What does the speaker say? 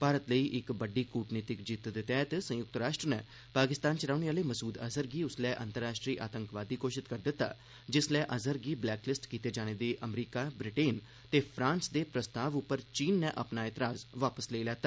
भारत लई इक बड्डी कूटनीतिक जित्त तैहत संयुक्त राष्ट्र नै पाकिस्तान च रौहने आहले मसूद अजहर गी उसलै अंतर्राश्ट्री आतंकवादी घोषित करी दित्ता जिसलै अज़हर गी ब्लैक लिस्ट कीते जाने दे अमरीका ब्रिटेन ते फ्रांस दे प्रस्ताव उप्पर चीन नै अपना ऐतराज़ वापस लेई लैता